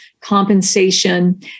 compensation